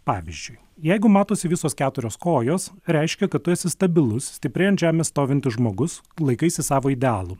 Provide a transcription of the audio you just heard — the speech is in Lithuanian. pavyzdžiui jeigu matosi visos keturios kojos reiškia kad tu esi stabilus stipriai ant žemės stovintis žmogus laikaisi savo idealų